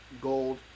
gold